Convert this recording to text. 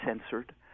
censored